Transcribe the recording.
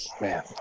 Man